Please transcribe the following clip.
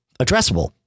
addressable